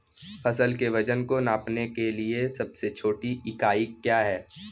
फसल के वजन को नापने के लिए सबसे छोटी इकाई क्या है?